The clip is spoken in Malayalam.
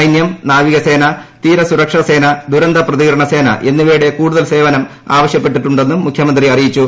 സൈന്റും ്യാവികസേനാ തീര സുരക്ഷാസേന ദുരന്ത പ്രതികരണസേന എന്നിവയുടെ കൂടുതൽ സേവനം ആവശ്യപ്പെട്ടിട്ടുണ്ടെന്നും മുഖ്യമന്ത്രി അറിയിച്ചു